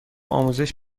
آموزش